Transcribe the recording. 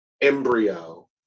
embryo